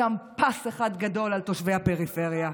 שם פס אחד גדול על תושבי הפריפריה.